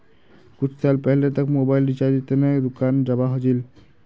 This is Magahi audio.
कुछु साल पहले तक मोबाइल रिचार्जेर त न दुकान जाबा ह छिले